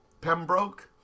Pembroke